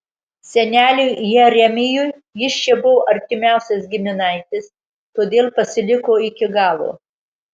seneliui jeremijui jis čia buvo artimiausias giminaitis todėl pasiliko iki galo